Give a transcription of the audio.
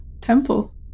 temple